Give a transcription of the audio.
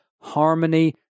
harmony